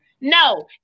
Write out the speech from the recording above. No